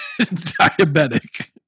diabetic